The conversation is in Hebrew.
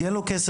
שאין לו כסף,